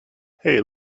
hey